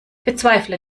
bezweifle